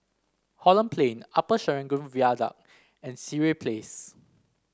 Holland Plain Upper Serangoon Viaduct and Sireh Place